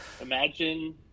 Imagine